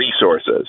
resources